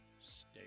Stay